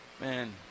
Man